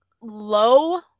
low